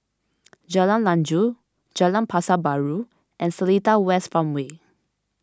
Jalan Lanjut Jalan Pasar Baru and Seletar West Farmway